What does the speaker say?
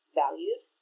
valued